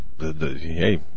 hey